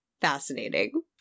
fascinating